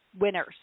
winners